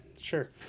sure